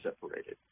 separated